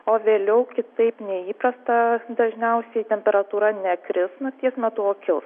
o vėliau kitaip nei įprasta dažniausiai temperatūra nekris nakties metu o kils